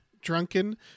drunken